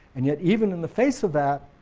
and yet, even in the face of that,